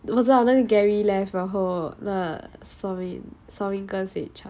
我知道那个 gary left 然后那 somin somin 跟 se chan